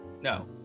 No